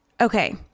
Okay